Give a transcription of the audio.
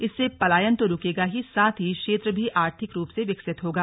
इससे पलायन तो रुकेगा ही साथ ही क्षेत्र भी आर्थिक रूप से विकसित होगा